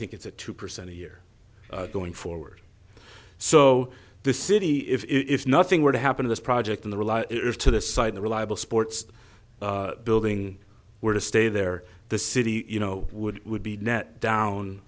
think it's a two percent a year going forward so the city if nothing were to happen to this project in the real is to the side the reliable sports building were to stay there the city you know would would be net down